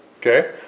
Okay